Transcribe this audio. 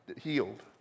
healed